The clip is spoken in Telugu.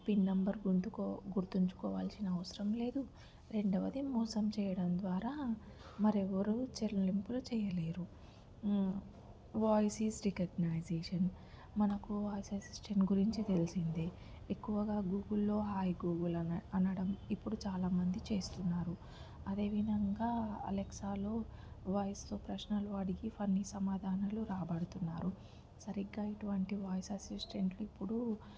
పిన్ నెంబర్ గుంతుకు గుర్తుంచుకోవాల్సిన అవసరం లేదు రెండవది మోసం చేయడం ద్వారా మరి ఎవ్వరు చెల్లింపులు చేయలేరు వాయిస్ రికగ్నిషన్ మనకు వాయిస్ అస్సిటంట్ గురించి తెలిసిందే ఎక్కువగా గూగుల్లో హాయ్ గూగుల్ అని అనడం ఇప్పుడు చాలామంది చేస్తున్నారు అదే విధంగా అలక్సాలో వాయిస్తో ప్రశ్నలు అడిగి ఫన్నీ సమాధానాలు రాబడుతున్నారు సరిగ్గా ఇటువంటి వాయిస్ అసిస్టెంట్ ఇప్పుడు